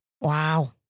Wow